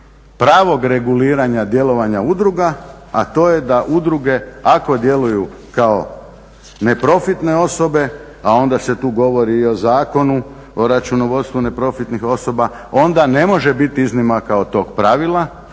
pravog reguliranja djelovanja udruga, a to je da udruge ako djeluju kao neprofitne osobe a onda se tu govori i o zakonu, o računovodstvu neprofitnih osoba onda ne može biti iznimaka od tog pravila